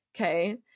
Okay